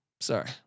sorry